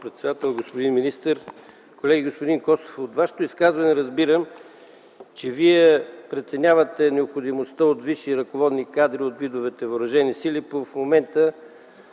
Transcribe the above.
председател, господин министър, колеги! Господин Костов, от Вашето изказване разбирам, че Вие преценявате необходимостта от висши ръководни кадри от видовете въоръжени сили